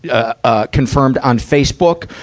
ah, ah, confirmed on facebook,